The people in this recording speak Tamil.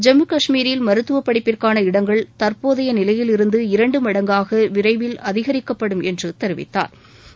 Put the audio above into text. ஜம்மு கஷ்மீரில் மருத்துவப் படிப்பிற்கான இடங்கள் தற்போதைய நிலையில் இருந்து இரண்டு மடங்காக விரைவில் அதிகரிக்கப்படும் என்று தெரிவித்தாா்